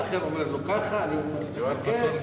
אחד אומר ככה, אני אומר ככה.